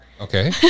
okay